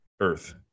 earth